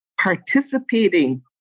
participating